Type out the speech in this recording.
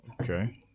Okay